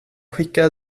skickar